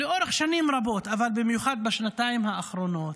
לאורך שנים רבות, אבל במיוחד בשנתיים האחרונות,